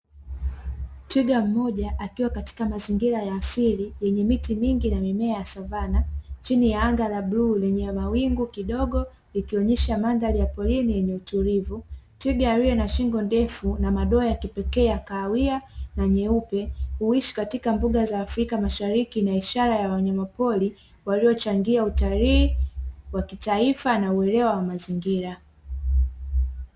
Twiga mmoja akiwa katika mazingira ya asili yenye miti mingi na mimea ya savana chini ya anga la bluu lenye mawingu kidogo likionyesha mandhari ya porini yenye utulivu. Twiga aliye na shingo ndefu na madoa ya kipekee ya kahawia na nyeupe huishi katika mbuga za Afrika Mashariki na ishara ya wanyamapori waliochangia utalii wa kitaifa na uelewa wa mazingira.